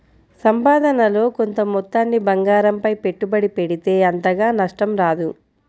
సంపాదనలో కొంత మొత్తాన్ని బంగారంపై పెట్టుబడి పెడితే అంతగా నష్టం రాదు